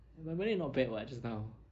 my malay not bad [what] just now